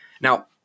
Now